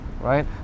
Right